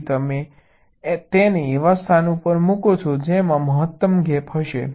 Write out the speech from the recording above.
તેથી તમે તેને એવા સ્થાન ઉપર મુકો કે જેમાં મહત્તમ ગેપ હશે